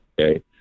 Okay